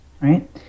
right